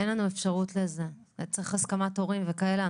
אין לנו אפשרות לזה, צריך הסכמת הורים וכאלה.